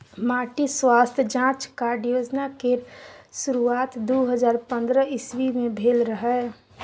माटि स्वास्थ्य जाँच कार्ड योजना केर शुरुआत दु हजार पंद्रह इस्बी मे भेल रहय